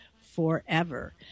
Forever